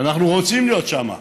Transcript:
ואנחנו רוצים להיות שם,